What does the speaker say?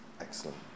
Excellent